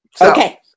Okay